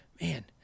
Man